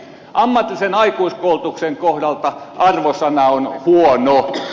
ammatillisen aikuiskoulutuksen kohdalta arvosana on huono